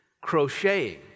crocheting